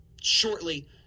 shortly